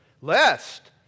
Lest